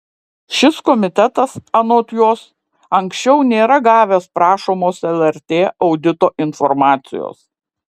šis komitetas anot jos anksčiau nėra gavęs prašomos lrt audito informacijos